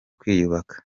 kwiyubaka